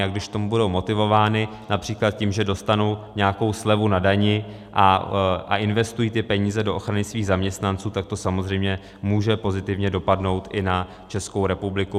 A když k tomu budou motivovány např. tím, že dostanou nějakou slevu na dani, a investují ty peníze do ochrany svých zaměstnanců, tak to samozřejmě může pozitivně dopadnout i na Českou republiku.